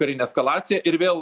karinę eskalaciją ir vėl